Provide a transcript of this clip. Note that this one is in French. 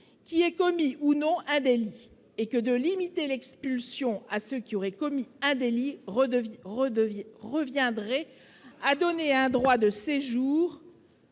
qui ait commis ou non Adèle et que de limiter l'expulsion à ceux qui auraient commis un délit redevient redevient reviendrait à donner un droit de séjour.